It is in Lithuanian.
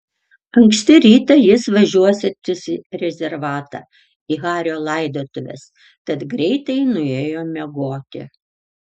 anksti rytą jis važiuosiantis į rezervatą į hario laidotuves tad greitai nuėjo miegoti